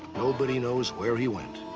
nobody knows where he went.